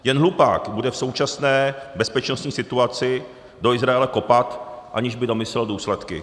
Jen hlupák bude v současné bezpečnostní situaci do Izraele kopat, aniž by domyslel důsledky.